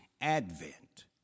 Advent